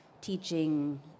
teaching